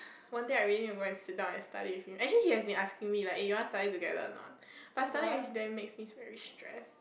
one day I really and go and sit down and study actually he have been asking me like you want study together or not but studying with them makes me very stress